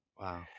Wow